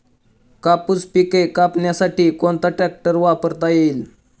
कापूस पिके कापण्यासाठी कोणता ट्रॅक्टर वापरता येईल?